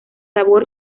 sabor